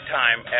time